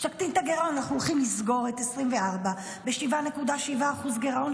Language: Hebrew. אנחנו הולכים לסגור את שנת 2024 ב-7.7% גירעון.